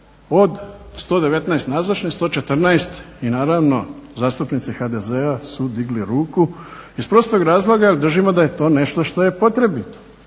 od 119 nazočnih, 114 i naravno zastupnici HDZ-a su digli ruku iz prostog razloga jer držimo da je to nešto što je potrebito.